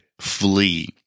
flee